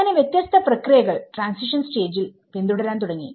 അങ്ങനെ വ്യത്യസ്ത പ്രക്രിയകൾ ട്രാൻസിഷൻ സ്റ്റേജിൽ പിന്തുടരാൻ തുടങ്ങി